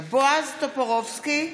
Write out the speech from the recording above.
בועז טופורובסקי,